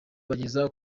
bageze